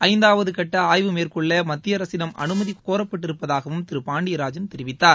ஐந்தாவது கட்ட ஆய்வு மேற்கொள்ள மத்திய அரசிடம் அனுமதி கோரப்பட்டிருப்பதாகவும் திரு பாண்டியராஜன் தெரிவித்தார்